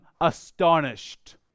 astonished